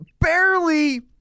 barely